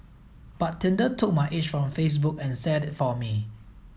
but Tinder took my age from Facebook and set it for me